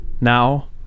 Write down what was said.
now